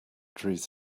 trees